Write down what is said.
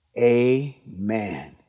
Amen